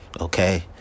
okay